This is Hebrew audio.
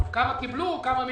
כמה קיבלו, כמה מגיע.